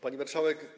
Pani Marszałek!